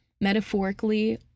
metaphorically